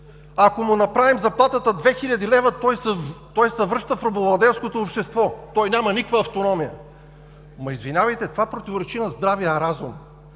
Ако му направим заплатата 2000 лв. той се връща в робовладелското общество, той няма никаква автономия. (Оживление.) Извинявайте, това противоречи на здравия разум.